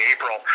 April